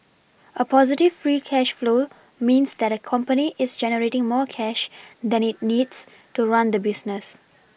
a positive free cash flow means that a company is generating more cash than it needs to run the business